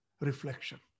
reflection